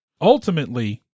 Ultimately